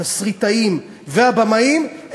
התסריטאים והבמאים,